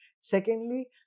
Secondly